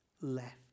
left